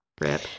Rip